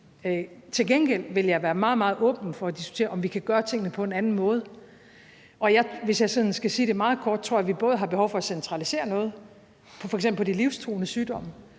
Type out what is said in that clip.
Til gengæld vil jeg være meget, meget åben for at diskutere, om vi kan gøre tingene på en anden måde, og hvis jeg skal sige det meget kort, tror jeg, vi både har behov for at centralisere noget, f.eks. på de livstruende sygdomme,